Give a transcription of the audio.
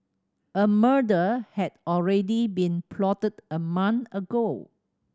a murder had already been plotted a month ago